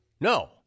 No